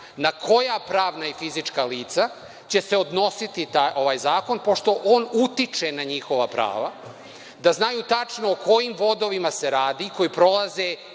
na koja pravna i fizička lica će se odnositi ovaj zakon, pošto on utiče na njihova prava, da znaju tačno o kojim vodovima se radi koji prolaze